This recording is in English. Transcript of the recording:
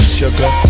sugar